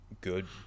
good